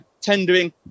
tendering